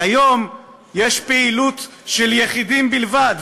כיום יש פעילות של יחידים בלבד,